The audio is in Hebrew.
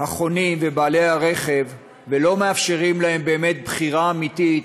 החונים ובעלי הרכב ולא מאפשרים להם באמת בחירה אמיתית.